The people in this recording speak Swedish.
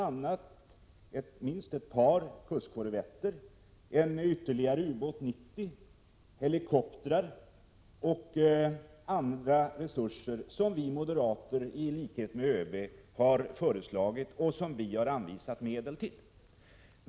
a: minst ett par kustkorvetter, ytterligare en ubåt 90, helikoptrar och andra resurser, vilket vi moderater i likhet med ÖB har föreslagit och för vilket vi har anvisat medel.